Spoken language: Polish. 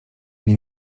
nie